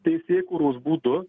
teisėkūros būdu